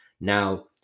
Now